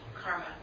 karma